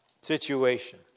Situation